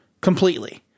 completely